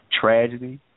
tragedy